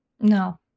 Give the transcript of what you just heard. No